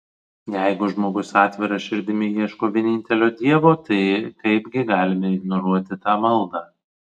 jeigu žmogus atvira širdimi ieško vienintelio dievo tai kaipgi galime ignoruoti tą maldą